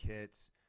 kits